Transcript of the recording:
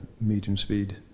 medium-speed